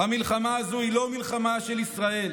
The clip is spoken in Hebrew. המלחמה הזו היא לא מלחמה של ישראל,